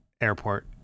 airport